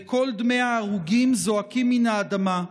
וקול דמי ההרוגים זועקים מן האדמה.